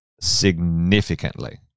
significantly